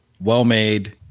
well-made